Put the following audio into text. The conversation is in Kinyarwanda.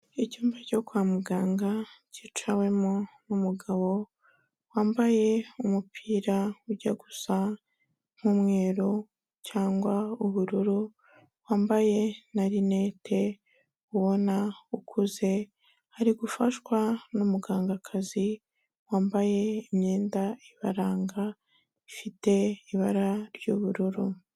Icyumba cyo kwa muganga cyicawemo n'umugabo wambaye umupira ujya gusa nk'umweru cyangwa ubururu, wambaye na rinete ubona ukuze, ari gufashwa n'umugangakazi wambaye imyenda ibaranga ifite ibara ry'ubururu.